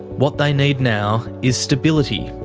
what they need now is stability,